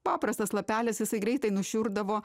paprastas lapelis jisai greitai nušiurdavo